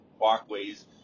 walkways